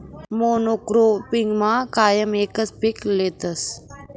मोनॉक्रोपिगमा कायम एकच पीक लेतस